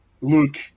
Luke